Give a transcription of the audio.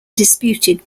disputed